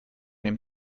dem